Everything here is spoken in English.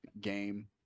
game